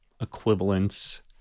equivalents